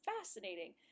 fascinating